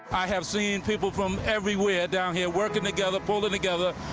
i have seen people from everywhere down here working together, pulling together.